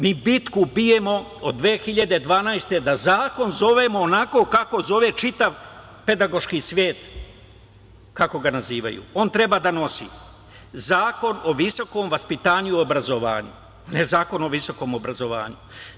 Mi bitku bijemo od 2012. godine da zakon zovemo onako kako zove čitav pedagoški svet, kako ga nazivaju, on treba da nosi naziv Zakon o visokom vaspitanju i obrazovanju, ne Zakon o visokom obrazovanju.